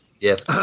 yes